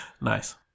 Nice